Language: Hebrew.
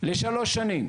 לשלוש שנים,